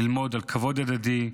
ללמוד על כבוד הדדי,